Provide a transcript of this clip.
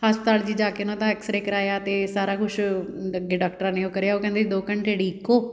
ਹਸਪਤਾਲ 'ਚ ਜਾ ਕੇ ਉਹਨਾਂ ਦਾ ਐਕਸਰੇ ਕਰਵਾਇਆ ਅਤੇ ਸਾਰਾ ਅੱਗੇ ਕੁਛ ਡਾਕਟਰਾਂ ਨੇ ਉਹ ਕਰਿਆ ਉਹ ਕਹਿੰਦੇ ਦੋ ਘੰਟੇ ਉਡੀਕੋ